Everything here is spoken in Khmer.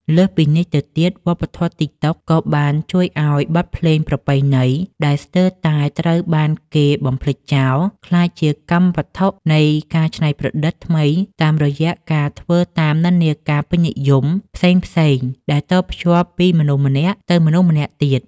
លើសពីនេះទៅទៀត វប្បធម៌ TikTok ក៏បានជួយឱ្យបទភ្លេងប្រពៃណីដែលស្ទើរតែត្រូវបានគេបំភ្លេចចោល ក្លាយជាកម្មវត្ថុនៃការច្នៃប្រឌិតថ្មីតាមរយៈការធ្វើតាមនិន្នាការពេញនិយម ផ្សេងៗដែលតភ្ជាប់ពីមនុស្សម្នាក់ទៅមនុស្សម្នាក់ទៀត។